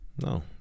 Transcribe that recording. No